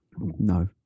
No